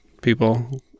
people